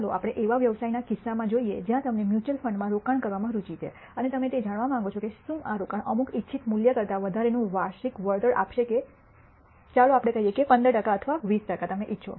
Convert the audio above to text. ચાલો આપણે એવા વ્યવસાયના કિસ્સામાં જોઈએ જ્યાં તમને મ્યુચ્યુઅલ ફંડમાં રોકાણ કરવામાં રુચિ છે અને તમે તે જાણવા માંગો છો કે શું આ રોકાણ અમુક ઇચ્છિત મૂલ્ય કરતા વધારેનું વાર્ષિક વળતર આપશે કે ચાલો આપણે કહીએ કે 15 ટકા અથવા 20 ટકા તમે ઇચ્છો